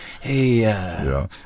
hey